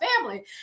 family